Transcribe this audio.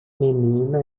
menina